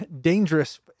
dangerous